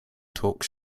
talk